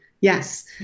yes